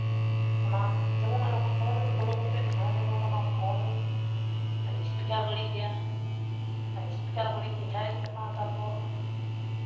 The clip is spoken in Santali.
ᱚᱱᱟ ᱡᱮᱢᱚᱱ ᱟᱨᱚ ᱯᱷᱳᱱ ᱵᱚᱞᱚ ᱠᱟᱛᱮ ᱦᱚᱸ ᱚᱱᱟ ᱯᱷᱳᱱ ᱤᱥᱯᱤᱠᱟᱨ ᱵᱟᱹᱲᱤᱡ ᱜᱮᱭᱟ ᱟᱨ ᱤᱥᱯᱤᱠᱟᱨ ᱵᱟᱹᱲᱤᱡ ᱜᱮᱠᱷᱟᱡ ᱚᱱᱟ ᱛᱟᱨᱯᱚᱨ